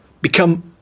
become